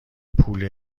پول